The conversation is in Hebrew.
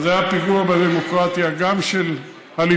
אבל זה היה פיגוע בדמוקרטיה גם של הליכוד.